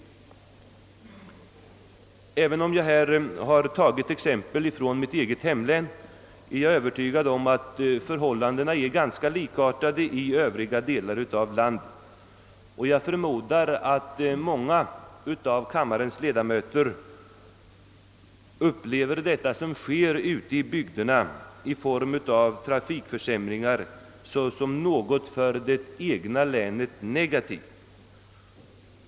Även om jag här har tagit upp exempel från mitt eget hemlän, är jag övertygad om att förhållandena är ganska likartade i övriga delar av landet. Jag förmodar att många av kammarens ledamöter upplever det som sker ute i bygderna i form av trafikförsämringar såsom något för det egna länet negativt.